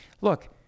Look